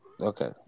Okay